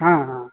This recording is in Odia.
ହାଁ ହାଁ